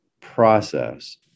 process